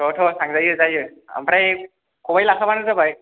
आव थ थांजायो जायो आमफ्राय खबाय लाखाबानो जाबाय